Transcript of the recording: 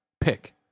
pick